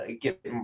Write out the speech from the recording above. get